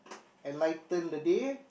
enlighten the day